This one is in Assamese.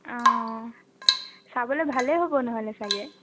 অঁ চাবলৈ ভালেই হ'ব নহ'লে চাগে